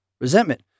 Resentment